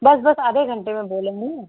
बस बस आधे घंटे में बोले हैं